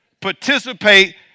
Participate